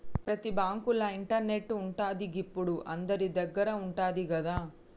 ప్రతి బాంకుల ఇంటర్నెటు ఉంటది, గిప్పుడు అందరిదగ్గర ఉంటంది గదా